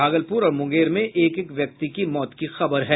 भागलपुर और मुंगेर में एक एक व्यक्ति की मौत की खबर है